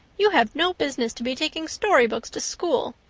you have no business to be taking storybooks to school.